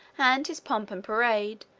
and his pomp and parade,